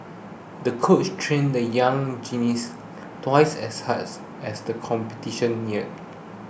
the coach trained the young gymnast twice as hard as the competition neared